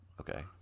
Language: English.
Okay